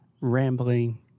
rambling